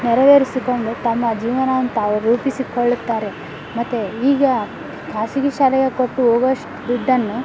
ನೆರವೇರಿಸಿಕೊಂಡು ತಮ್ಮ ಜೀವನವನ್ನು ತಾವು ರೂಪಿಸಿಕೊಳ್ಳುತ್ತಾರೆ ಮತ್ತು ಈಗ ಖಾಸಗಿ ಶಾಲೆಗೆ ಕೊಟ್ಟು ಹೋಗುವಷ್ಟ್ ದುಡ್ಡನ್ನು